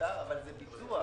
אבל זה ביצוע.